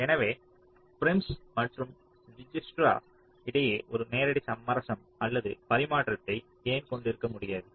எனவே Prim's Prim's மற்றும் Dijkstra இடையே ஒரு நேரடி சமரசம் அல்லது பரிமாற்றத்தை ஏன் கொண்டிருக்க முடியாது